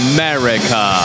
America